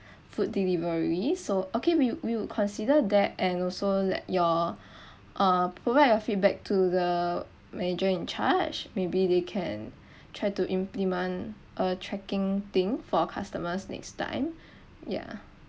food delivery so okay we we would consider that and also let your uh provide your feedback to the manager in charge maybe they can try to implement a tracking thing for our customers next time ya